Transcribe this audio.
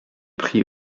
pris